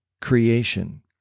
creation